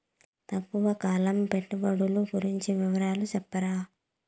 తక్కువ కాలం పెట్టుబడులు గురించి వివరాలు సెప్తారా?